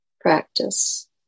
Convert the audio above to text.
practice